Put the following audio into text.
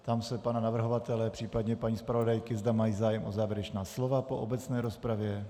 Ptám se pana navrhovatele, příp. paní zpravodajky, zda mají zájem o závěrečná slova po obecné rozpravě.